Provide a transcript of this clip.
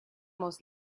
most